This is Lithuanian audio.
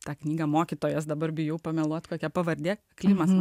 tą knygą mokytojas dabar bijau pameluot kokia pavardė klimas